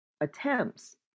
attempts